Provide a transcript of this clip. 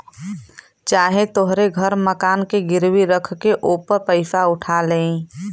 चाहे तोहरे घर मकान के गिरवी रख के ओपर पइसा उठा लेई